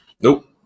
Nope